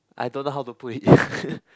I don't know how to put it